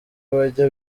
bajya